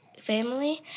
family